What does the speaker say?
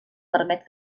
permet